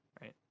right